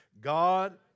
God